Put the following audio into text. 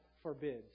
Forbids